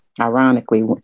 Ironically